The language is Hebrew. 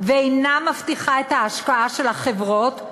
ואינה מבטיחה את ההשקעה של החברות,